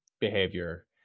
behavior